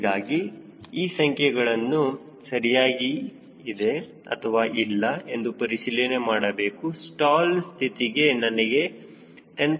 ಹೀಗಾಗಿ ಈ ಸಂಖ್ಯೆಗಳು ಸರಿಯಾಗಿ ಇದೆ ಅಥವಾ ಇಲ್ಲ ಎಂದು ಪರಿಶೀಲನೆ ಮಾಡಬೇಕು ಸ್ಟಾಲ್ ಸ್ಥಿತಿಗೆ ನನಗೆ 10